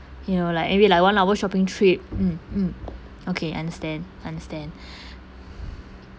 you know like maybe like one hour shopping trip mm mm okay understand understand